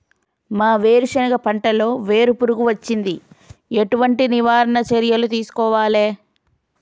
మా వేరుశెనగ పంటలలో వేరు పురుగు వచ్చింది? ఎటువంటి నివారణ చర్యలు తీసుకోవాలే?